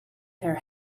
her